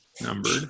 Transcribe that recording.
numbered